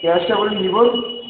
চয়েজটা বলি ভিভোর